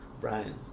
Brian